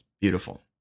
Beautiful